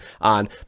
on